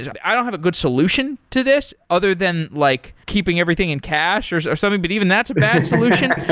i don't have a good solution to this other than like keeping everything in cash or something? but even that's a bad solution.